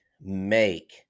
make